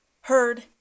heard